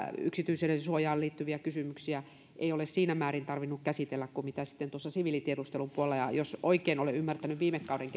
yksityisyydensuojaan liittyviä kysymyksiä ei ole siinä määrin tarvinnut käsitellä kuin sitten siviilitiedustelun puolella ja jos oikein olen ymmärtänyt viime kauden